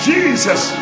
Jesus